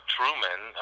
Truman